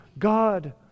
God